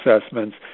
assessments